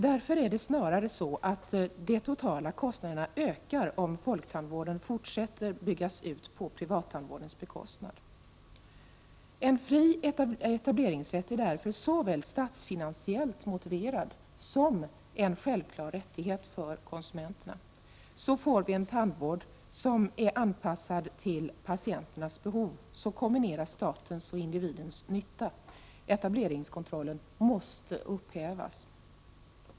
Det är därför snarare så att de totala kostnaderna ökar om man fortsätter att bygga ut folktandvården på privattandvårdens bekostnad. En fri etableringsrätt är därför såväl statsfinansiellt motiverad som en självklar rättighet för konsumenterna. På så sätt får man en tandvård som är anpassad till patienternas behov. På så sätt kombineras statens och individens nytta. Etableringskontrollen måste upphävas.